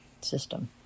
system